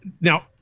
now